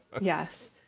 yes